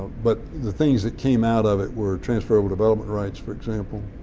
but the things that came out of it were transferable development rights, for example,